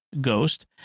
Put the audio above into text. ghost